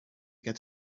get